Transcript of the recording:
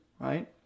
right